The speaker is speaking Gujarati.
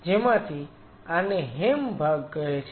જેમાંથી આને હેમ ભાગ કહે છે